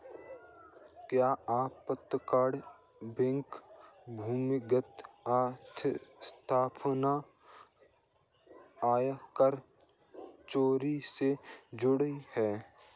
क्या अपतटीय बैंक भूमिगत अर्थव्यवस्था एवं कर चोरी से जुड़ा है?